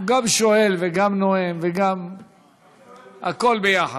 הוא גם שואל וגם נואם וגם הכול ביחד.